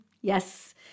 Yes